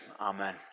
amen